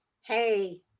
Hey